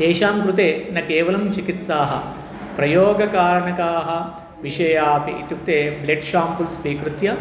तेषां कृते न केवलं चिकित्साः प्रयोगकारणकाः विषयाः अपि इत्युक्ते ब्लड् शाम्पल्स् स्वीकृत्य